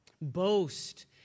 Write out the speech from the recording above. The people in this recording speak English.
Boast